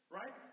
right